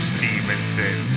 Stevenson